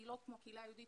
קהילות כמו קהילה יהודית